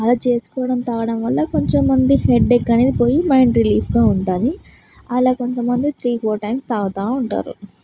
అలా చేసుకోవడం తాగడం వల్ల కొంచెం మంది హెడ్ఏక్ అనేది పోయి మైండ్ రిలీఫ్గా ఉంటుంది అలా కొంతమంది త్రీ ఫోర్ టైమ్స్ తాగుతు ఉంటారు